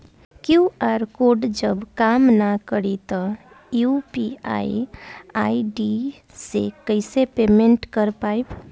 QR code जब काम ना करी त यू.पी.आई आई.डी से कइसे पेमेंट कर पाएम?